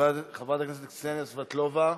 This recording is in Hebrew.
חברת הכנסת קסניה סבטלובה,